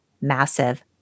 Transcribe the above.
massive